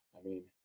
i mean,